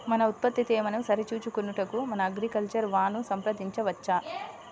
మన ఉత్పత్తి తేమను సరిచూచుకొనుటకు మన అగ్రికల్చర్ వా ను సంప్రదించవచ్చా?